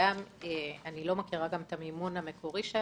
אני לא מכירה גם את המימון המקורי שהיה.